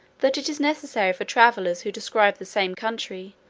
that it is necessary for travellers who describe the same country,